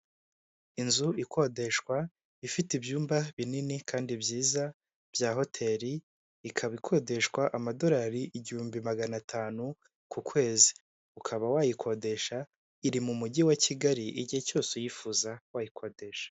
Inzu ikodeshwa ifite ibyumba binini kandi byiza bya hotel, ikaba ikodeshwa amadolari igihumbi magana atanu ku kwezi, ukaba wayikodesha iri mu mugi wa Kigali igihe cyose uyifuza wayikodesha.